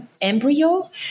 embryo